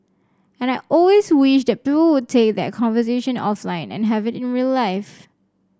and I always wish that people would take that conversation offline and have it in real life